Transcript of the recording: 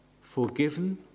forgiven